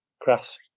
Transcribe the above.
crass